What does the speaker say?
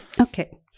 okay